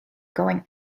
going